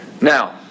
Now